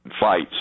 Fights